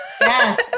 Yes